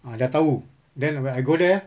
ah dah tahu then when I go there